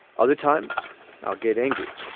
other times i'll get angry.